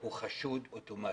הוא חשוד אוטומטית.